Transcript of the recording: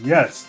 Yes